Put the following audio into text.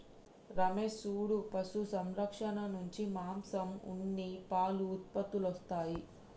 రమేష్ సూడు పశు సంరక్షణ నుంచి మాంసం ఉన్ని పాలు ఉత్పత్తులొస్తాయి